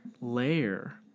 layer